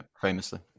Famously